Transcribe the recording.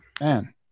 Man